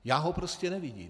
Já ho prostě nevidím.